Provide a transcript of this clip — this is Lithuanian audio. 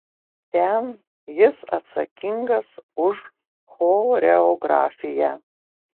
ten jis atsakingas už choreografiją